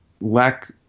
lack